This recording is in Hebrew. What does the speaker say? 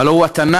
הלוא הוא התנ"ך,